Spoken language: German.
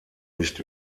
nicht